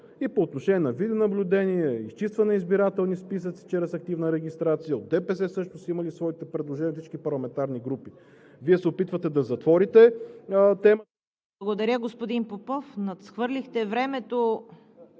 и по отношение на видеонаблюдение, изчистване на избирателни списъци чрез активна регистрация, от ДПС също са имали своите предложения, от всички парламентарни групи. Вие се опитвате да затворите темата... ПРЕДСЕДАТЕЛ ЦВЕТА КАРАЯНЧЕВА: Благодаря, господин Попов. Надхвърлихте времето